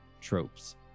tropes